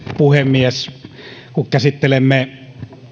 puhemies kun käsittelemme